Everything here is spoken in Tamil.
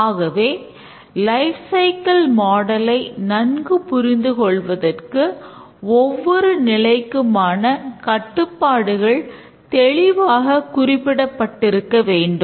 ஆகவே லைப் சைக்கிள் மாடலை நன்கு புரிந்து கொள்வதற்கு ஒவ்வொரு நிலைக்குமான கட்டுப்பாடுகள் தெளிவாகக் குறிப்பிடப்பட்டிருக்க வேண்டும்